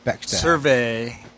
survey